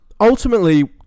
ultimately